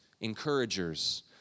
encouragers